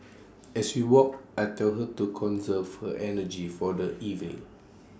as we walk I tell her to conserve her energy for the evening